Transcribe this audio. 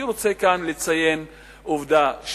אני רוצה לציין כאן עובדה,